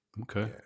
Okay